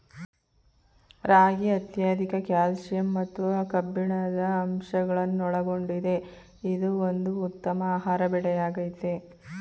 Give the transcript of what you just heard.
ರಾಗಿ ಅತ್ಯಧಿಕ ಕ್ಯಾಲ್ಸಿಯಂ ಮತ್ತು ಕಬ್ಬಿಣದ ಅಂಶಗಳನ್ನೊಳಗೊಂಡಿದೆ ಇದು ಒಂದು ಉತ್ತಮ ಆಹಾರ ಬೆಳೆಯಾಗಯ್ತೆ